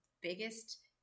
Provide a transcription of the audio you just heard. biggest